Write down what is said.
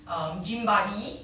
um gym buddy